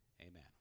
amen